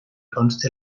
conste